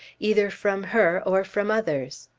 either from her or from others.